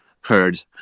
heard